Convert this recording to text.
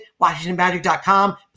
WashingtonMagic.com